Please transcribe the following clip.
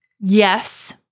Yes